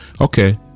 okay